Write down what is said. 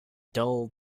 dull